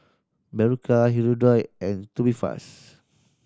Berocca Hirudoid and Tubifast